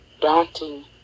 daunting